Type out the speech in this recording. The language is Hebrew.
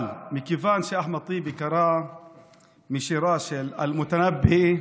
אבל מכיוון שאחמד טיבי קרא מהשירה של אל-מותנבי,